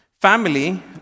Family